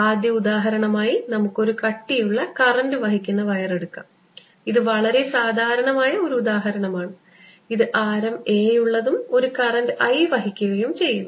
ആദ്യ ഉദാഹരണമായി നമുക്ക് ഒരു കട്ടിയുള്ള കറന്റ് വഹിക്കുന്ന വയർ എടുക്കാം ഇത് വളരെ സാധാരണമായ ഒരു ഉദാഹരണമാണ് അത് ആരം a ഉള്ളതും ഒരു കറന്റ് I വഹിക്കുകയും ചെയ്യുന്നു